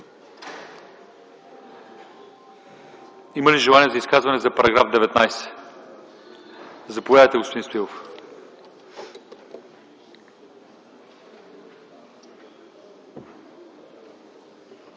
Има ли желание за изказване по § 19? Заповядайте, господин Стоилов.